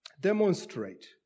demonstrate